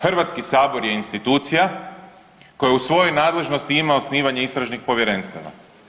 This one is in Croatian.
Hrvatski sabor je institucija koja u svojoj nadležnosti ima osnivanje istražnih povjerenstava.